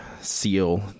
seal